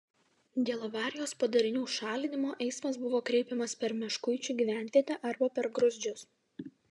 dėl avarijos padarinių šalinimo eismas buvo kreipiamas per meškuičių gyvenvietę arba per gruzdžius